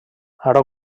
ara